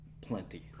Plenty